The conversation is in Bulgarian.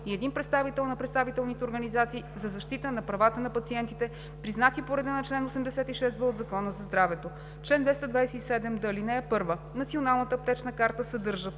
и един представител на представителните организации за защита на правата на пациентите, признати по реда на чл. 86в от Закона за здравето. Чл. 227д. (1) Националната аптечна карта съдържа: